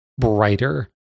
brighter